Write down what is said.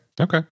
Okay